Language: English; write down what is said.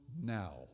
now